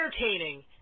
entertaining